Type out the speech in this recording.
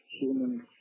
humans